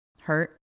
hurt